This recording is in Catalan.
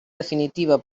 definitiva